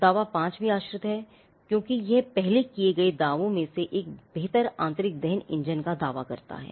दावा 5 भी आश्रित है क्योंकि यह पहले किए गए दावों में एक बेहतर आंतरिक दहन इंजन का दावा करता है